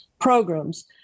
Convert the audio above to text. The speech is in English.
programs